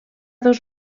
dos